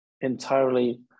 entirely